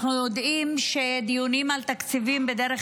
אנחנו יודעים שדיונים על תקציבים בדרך